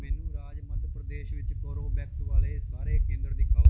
ਮੈਨੂੰ ਰਾਜ ਮੱਧ ਪ੍ਰਦੇਸ਼ ਵਿੱਚ ਕੋਰਬੇਵੈਕਸ ਵਾਲੇ ਸਾਰੇ ਕੇਂਦਰ ਦਿਖਾਓ